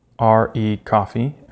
R-E-Coffee